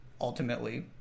ultimately